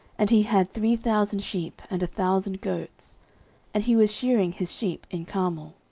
and he had three thousand sheep, and a thousand goats and he was shearing his sheep in carmel.